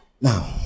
Now